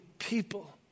People